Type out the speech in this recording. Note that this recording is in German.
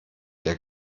der